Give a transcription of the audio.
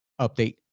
update